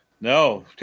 No